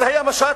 אז היה משט